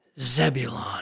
Zebulon